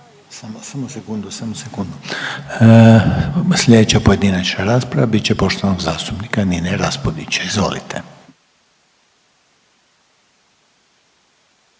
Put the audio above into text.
**Reiner, Željko (HDZ)** Slijedeća pojedinačna rasprava bit će poštovanog zastupnika Nine Raspudića, izvolite.